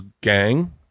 gang